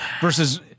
versus